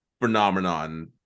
phenomenon